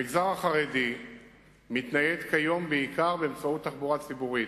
המגזר החרדי מתנייד כיום בעיקר באמצעות תחבורה ציבורית,